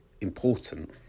important